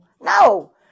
no